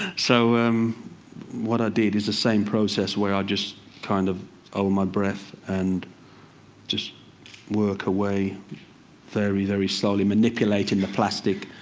so what i did is the same process where i just kind of hold my breath and just work away very, very slowly, manipulating the plastic,